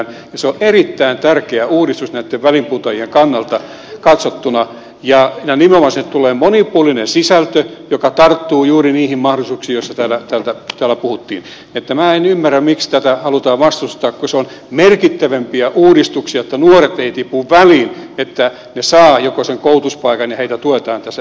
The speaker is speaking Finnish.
se on erittäin tärkeä uudistus näitten väliinputoajien kannalta katsottuna ja nimenomaan sinne tulee monipuolinen sisältö joka tarttuu juuri niihin mahdollisuuksiin joista täällä puhuttiin niin että minä en ymmärrä miksi tätä halutaan vastustaa kun se on merkittävimpiä uudistuksia jotta nuoret eivät tipu väliin että he saavat sen koulutuspaikan ja heitä tuetaan tässä elämän alussa